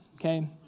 okay